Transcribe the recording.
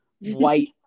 white